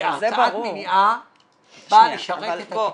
כי הרצאת מניעה באה לשרת את הטיפול.